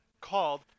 called